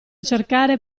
cercare